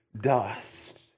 dust